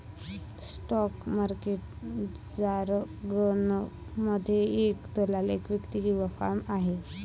stock market जारगनमध्ये, एक दलाल एक व्यक्ती किंवा फर्म आहे